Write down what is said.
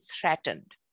threatened